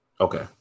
Okay